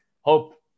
hope